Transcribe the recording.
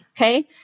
okay